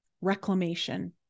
reclamation